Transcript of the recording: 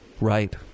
Right